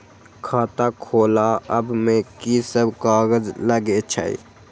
खाता खोलाअब में की सब कागज लगे छै?